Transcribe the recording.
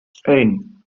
één